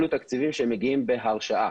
אלו תקציבים שמגיעים בהרשאה